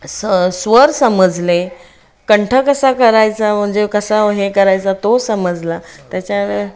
स स्वर समजले कंठ कसा करायचा म्हणजे कसा हे करायचा तो समजला त्याच्या